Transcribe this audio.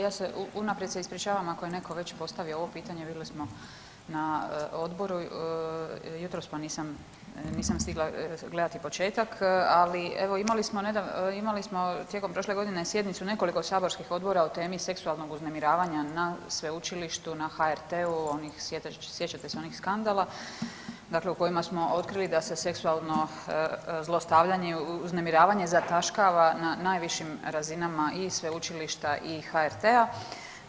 Ja se, unaprijed se ispričavam ako je neko već postavio ovo pitanje, vidjeli smo na odboru jutros, pa nisam, nisam stigla gledati početak, ali evo imali smo, imali smo tijekom prošle godine sjednicu nekoliko saborskih odbora o temi seksualnog uznemiravanja na sveučilištu, na HRT-u, sjećate se onih skandala dakle u kojima smo otkrili da se seksualno zlostavljanje i uznemiravanje zataškava na najvišim razinama i sveučilišta i HRT-a.